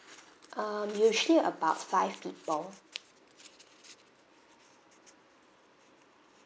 um usually about five people